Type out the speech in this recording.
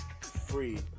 free